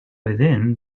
within